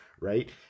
right